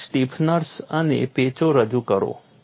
crack stiffeners અને પેચો રજૂ કરો